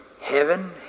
heaven